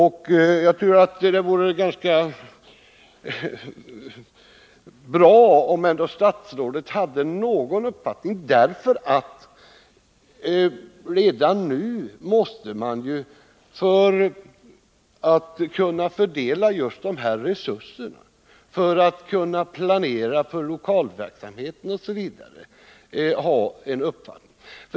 Det vore bra om statsrådet hade en uppfattning om den saken. Man måste redan nu få veta hur det blir för att kunna fördela resurserna, planera för den lokala verksamheten osv.